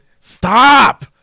Stop